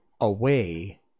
Away